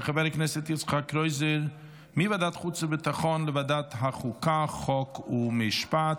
של חבר הכנסת יצחק קרויזר מוועדת החוץ והביטחון לוועדת החוקה חוק ומשפט.